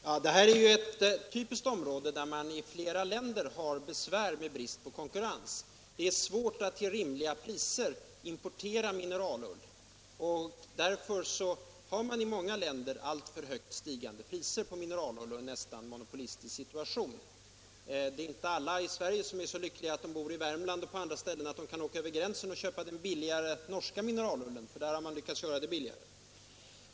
Herr talman! Det här är ett typiskt område där man i flera länder har besvär med brist på konkurrens. Det är svårt att till rimliga priser importera mineralull, och därför har man i många länder alltför starkt stigande priser och en nästan monopolistisk situation. Alla i Sverige är ju inte så lyckliga att de bor i Värmland eller på andra ställen där de kan åka över gränsen och köpa den billigare norska mineralullen; i Norge har man nämligen lyckats göra den billigare.